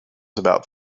about